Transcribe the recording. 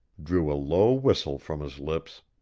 drew a low whistle from his lips.